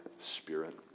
spirit